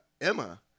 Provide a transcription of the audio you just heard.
Emma